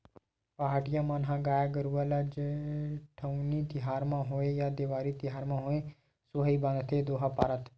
पहाटिया मन ह गाय गरुवा ल जेठउनी तिहार म होवय या देवारी तिहार म होवय सोहई बांधथे दोहा पारत